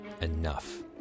enough